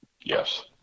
Yes